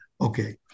Okay